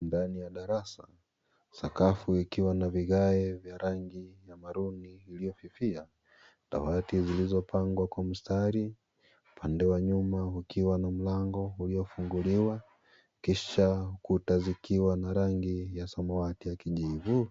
Ndani ya darasa, sakafu ikiwa na vigae vya rangi ya maroon iliyofifia. Dawati zilizopangwa kwa mistari ,upande wa nyuma pakiwa na mlango uliyo funguliwa kisha kuta zikiwa na rangi ya samawati ya kijivu .